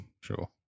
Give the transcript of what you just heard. sure